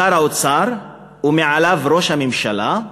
שר האוצר, ומעליו ראש הממשלה,